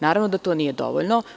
Naravno da to nije dovoljno.